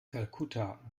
kalkutta